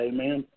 Amen